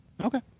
Okay